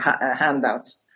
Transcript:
handouts